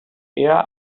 eher